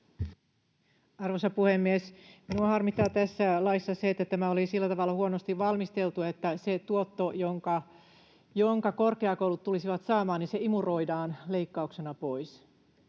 Arvoisa puhemies! Minua harmittaa tässä laissa se, että tämä oli sillä tavalla huonosti valmisteltu, että se tuotto, jonka korkeakoulut tulisivat saamaan, imuroidaan leikkauksena pois.